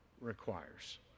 requires